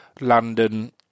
London